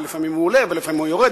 ולפעמים הוא עולה ולפעמים הוא יורד,